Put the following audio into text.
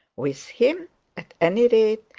with him at any rate,